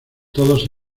todos